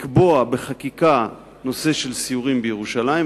הציע לקבוע בחקיקה את הנושא של סיורים בירושלים,